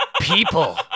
people